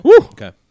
Okay